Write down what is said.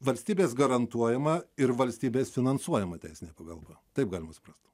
valstybės garantuojama ir valstybės finansuojama teisinė pagalba taip galima spręsti